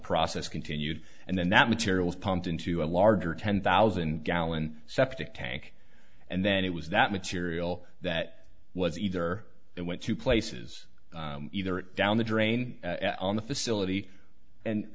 process continued and then that material was pumped into a larger ten thousand gallon septic tank and then it was that material that was either it went to places either it down the drain on the facility and